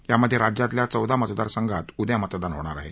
यामध्ये राज्यातल्या चौदा मतदार संघांत उद्या मतदान होणार आहे